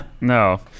No